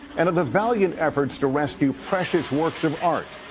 and the valiant efforts to rescue precious works of art.